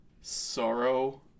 sorrow